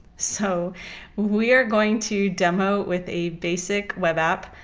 so we are going to demo with a basic web app.